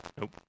Nope